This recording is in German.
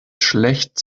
schlecht